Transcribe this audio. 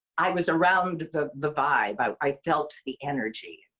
i was around the the vibe. i i felt the energy.